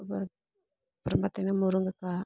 அப்புறம் பார்த்திங்ன்னா முருங்கக்காய்